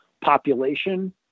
population